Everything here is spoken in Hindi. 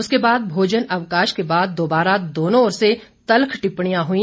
उसके बाद भोजन अवकाश के बाद दोबारा दोनों ओर से तल्ख टिप्पणियां हई